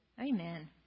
Amen